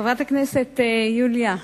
חברת הכנסת יוליה שמאלוב,